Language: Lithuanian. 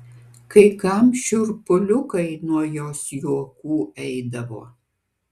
kai kam šiurpuliukai nuo jos juokų eidavo